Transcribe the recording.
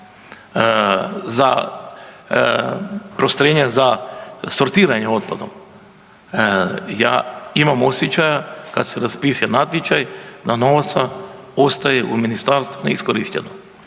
i postrojenja za sortiranje otpadom. Ja imam osjećaja kad se raspiše natječaj da novaca ostaje u ministarstvu neiskorišteno.